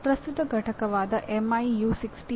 ಈಗ ಪ್ರಮುಖ ಬದಲಾವಣೆಯು ಮಾನ್ಯತೆಯ ಪ್ರಕ್ರಿಯೆಯಲ್ಲಿದೆ